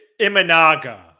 Imanaga